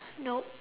nope